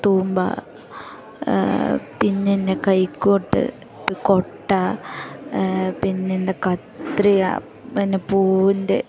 തൂമ്പ പിന്നെന്നെ കൈക്കോട്ട് കൊട്ട പിന്നെൻ്റെ കത്രിക പിന്നെ പൂവിൻ്റെ